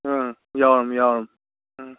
ꯎꯝ ꯌꯥꯎꯔꯃꯤ ꯌꯥꯎꯔꯃꯤ ꯎꯝ